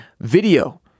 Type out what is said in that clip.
Video